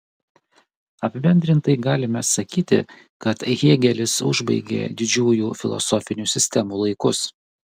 apibendrintai galime sakyti kad hėgelis užbaigė didžiųjų filosofinių sistemų laikus